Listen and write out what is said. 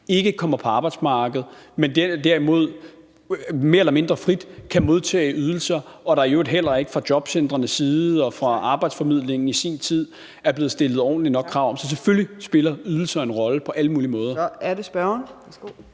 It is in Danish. ikke kommer på arbejdsmarkedet, men derimod mere eller mindre frit kan modtage ydelser, og at der i øvrigt heller ikke fra jobcentrenes eller i sin tid arbejdsformidlingens side er blevet stillet krav, der var ordentlige nok. Så selvfølgelig spiller ydelser en rolle på alle mulige måder.